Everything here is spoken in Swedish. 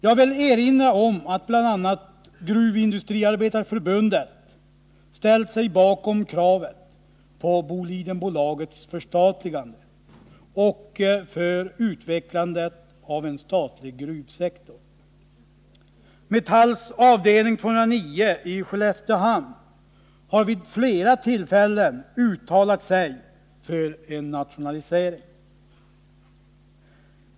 Jag vill erinra om att bl.a. Gruvindustriarbetareförbundet ställt sig bakom kravet på Bolidenbolagets förstatligande och utvecklandet av en statlig gruvsektor. Metalls avdelning 209 i Skelleftehamn har vid flera tillfällen uttalat sig för en nationalisering.